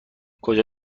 کجا